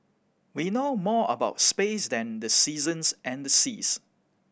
we know more about space than the seasons and the seas